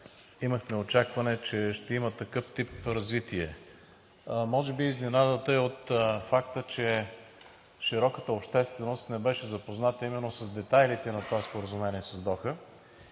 имахме очакване, че ще има такъв тип развитие. Може би изненадата е от факта, че широката общественост не беше запозната именно с детайлите на това споразумение в Доха